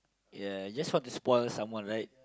ya just want to spoil someone right